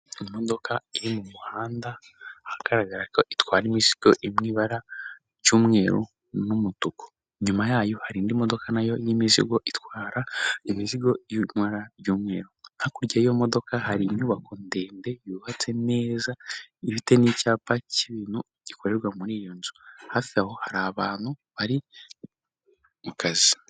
Imodoka iri mu muhanda, ahagaragara ko itwara imizigo iri mu iba ry'umweru n'umutuku, inyuma yayo hari indi modoka nayo y'imizigo itwara imizigo iri mu ibara ry'umweru, hakurya y'imodoka hari inyubako ndende yubatse neza ifite n'icyapa cy'ibintu gikorerwa muri iyo nzu, hafi aho hari abantu bari mu kazi.